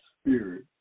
spirit